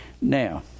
Now